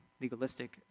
legalistic